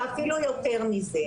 ואפילו יותר מזה.